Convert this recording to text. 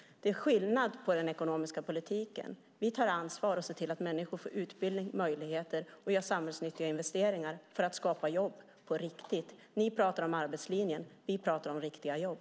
Det är skillnad på den ekonomiska politiken. Vi tar ansvar och ser till att människor får utbildning och möjligheter, och vi gör samhällsnyttiga investeringar för att skapa jobb på riktigt. Ni pratar om arbetslinjen. Vi pratar om riktiga jobb.